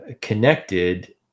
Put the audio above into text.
connected